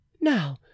Now